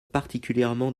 particulièrement